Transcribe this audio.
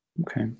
Okay